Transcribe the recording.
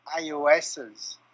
IOSs